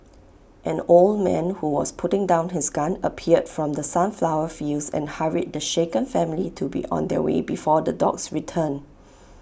an old man who was putting down his gun appeared from the sunflower fields and hurried the shaken family to be on their way before the dogs return